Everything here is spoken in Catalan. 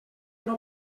una